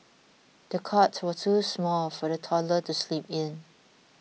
the cot was too small for the toddler to sleep in